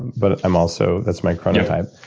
but i'm also. that's my chronotype.